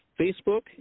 Facebook